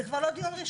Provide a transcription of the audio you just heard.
זה כבר לא דיון ראשון,